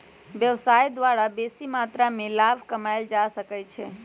व्यवसाय द्वारा बेशी मत्रा में लाभ कमायल जा सकइ छै